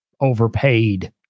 overpaid